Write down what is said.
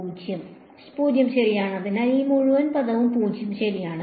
0 ശരിയാണ് അതിനാൽ ഈ മുഴുവൻ പദവും 0 ശരിയാണ്